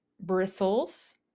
bristles